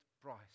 price